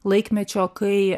laikmečio kai